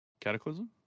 Cataclysm